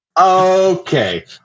Okay